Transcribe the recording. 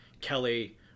Kelly